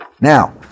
Now